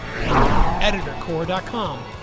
Editorcore.com